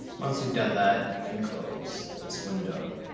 once you've done that, you can close this window.